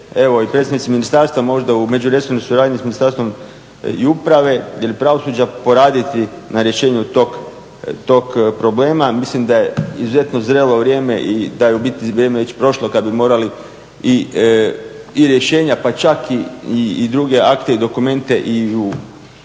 i predstavnici ministarstva možda u međuresornoj suradnji sa Ministarstvom uprave ili pravosuđa poraditi na rješenju tog problema. Mislim da je izuzetno zrelo vrijeme i da je u biti vrijeme već prošlo kad bi morali i rješenja pa čak i druge akte i dokumente i u